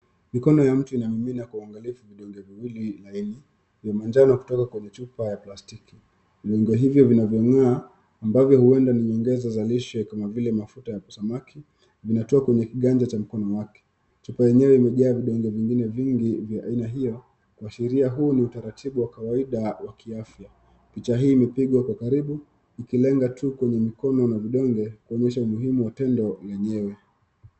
Mikono ya mtu ina mimina kwa uangilifu vidonge viwili laini vya manjano kutoka kwenye chupa ya plastiki miungo hivyo inavyong'aa ambamo huenda ni nyongezo za lishe kama vile mafuta ya samaki, vinatoa kwenye kiganja ya mkono wake. Chupa yenyewe ime jaa vidonge vingi vya aina hio kuashiria huu ni utaratibu wa kawaida wa kiafya. Picha hii ime pigwa kwa karibu iki lenga tu kwenye mikono na vidonge kuonyesha muhimu wa tendo lenyewe.